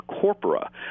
corpora